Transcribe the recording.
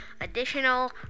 additional